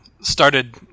started